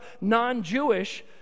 non-Jewish